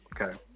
okay